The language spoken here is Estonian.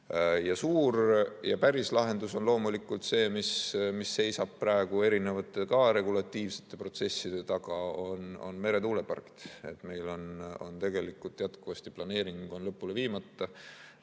2026.Suur ja päris lahendus on loomulikult see, mis seisab praegu erinevate regulatiivsete protsesside taga: meretuulepargid. Meil tegelikult on jätkuvasti planeering lõpule viimata.